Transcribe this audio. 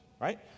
right